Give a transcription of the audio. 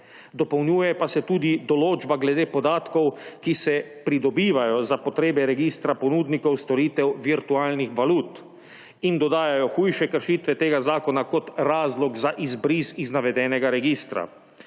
Dopolnjuje pa se tudi določba glede podatkov, ki se pridobivajo za potrebe registra ponudnikov storitev virtualnih valut in dodajajo hujše kršitve tega zakona za izbris iz navedenega registra.